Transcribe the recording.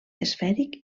esfèric